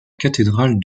cathédrale